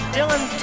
Dylan